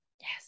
Yes